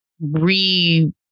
re